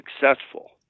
successful